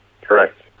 Correct